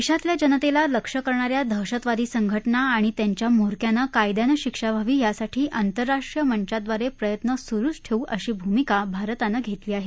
देशातल्या जनतेला लक्ष्य करणाऱ्या दहशतवादी संघटना आणि त्यांच्या म्होरक्यांना कायद्यानं शिक्षा व्हावी यासाठी आंतरराष्ट्रीय मंचांद्वारे प्रयत्न चालूच ठेऊ अशी भूमिका भारतानं घेतली आहे